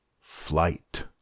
Flight